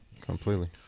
Completely